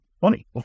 funny